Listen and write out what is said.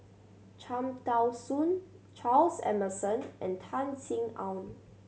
Cham Tao Soon Charles Emmerson and Tan Sin Aun